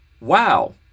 wow